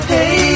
Hey